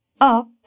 up